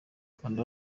kanda